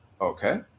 okay